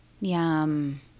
Yum